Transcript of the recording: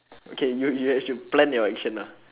okay you you right should plan your action ah